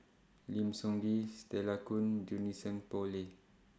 Lim Soo Ngee Stella Kon Junie Sng Poh Leng